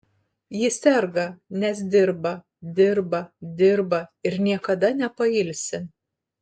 ji serga nes dirba dirba dirba ir niekada nepailsi